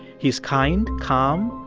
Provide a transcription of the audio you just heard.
he's kind, calm,